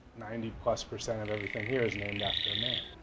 ninety plus percent of everything here is named after a man.